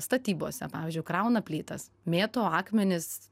statybose pavyzdžiui krauna plytas mėto akmenis